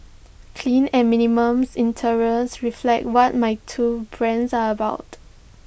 clean and minimum reflect what my two brands are about